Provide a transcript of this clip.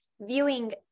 viewing